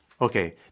Okay